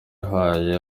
yahaye